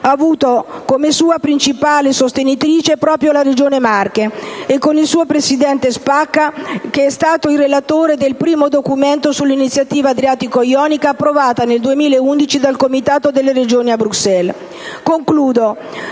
ha avuto come sua principale sostenitrice proprio la Regione Marche, con il suo presidente Spacca, che è stato relatore del primo documento sull'iniziativa adriatico-ionica, approvato nel 2011 dal Comitato delle Regioni a Bruxelles. In